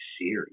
series